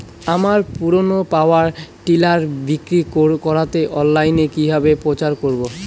আমার পুরনো power tiller বিক্রি করাতে অনলাইনে কিভাবে প্রচার করব?